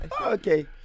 okay